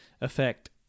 effect